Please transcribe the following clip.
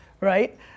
right